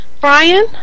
Brian